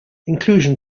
inclusion